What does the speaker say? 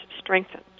strengthened